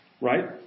Right